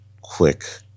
quick